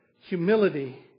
humility